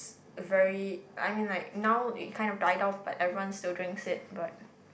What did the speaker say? ~s very I mean like now it kind of died off but everyone still drinks it but